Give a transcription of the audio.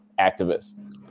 activist